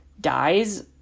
dies